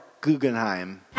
Guggenheim